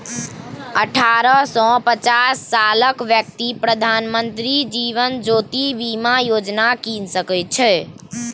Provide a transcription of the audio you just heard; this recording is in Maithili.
अठारह सँ पचास सालक बेकती प्रधानमंत्री जीबन ज्योती बीमा योजना कीन सकै छै